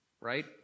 right